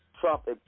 Trump